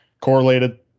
correlated